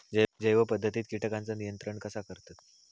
जैव पध्दतीत किटकांचा नियंत्रण कसा करतत?